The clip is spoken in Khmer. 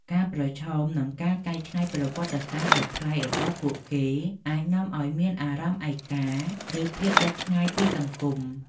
ការប្រឈមនឹងការកែច្នៃប្រវត្តិសាស្រ្តដ៏ប្លែករបស់ពួកគេ អាចនាំឲ្យមានអារម្មណ៍ឯកា ឬភាពដាច់ឆ្ងាយពីសង្គម។